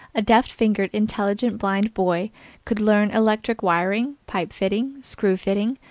a deft-fingered intelligent blind boy could learn electric wiring, pipe fitting, screw fitting,